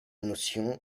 notion